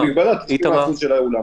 -- כמובן, במגבלת 60% של האולם.